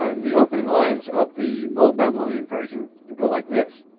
ah the opening lines of the old babylonian version go like this.